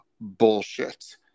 bullshit